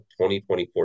2024